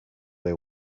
they